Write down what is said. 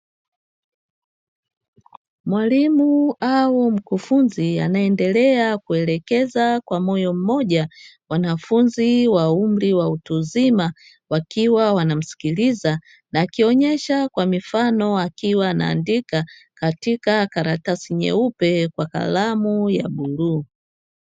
Mwalimu au mkufunzi, anaendelea kuelekeza kwa moyo mmoja wanafunzi wa umri wa utu uzima, wakiwa wanamsikiliza na akionyesha kwa mifano, akiwa anaandika katika karatasi nyeupe kwa kalamu ya bluu.